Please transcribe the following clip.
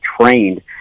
trained